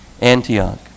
Antioch